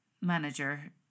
manager